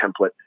template